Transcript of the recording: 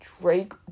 Drake